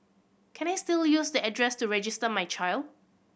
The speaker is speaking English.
can I still use the address to register my child